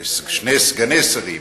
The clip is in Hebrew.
ושני סגני שרים.